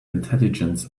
intelligence